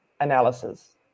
analysis